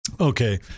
Okay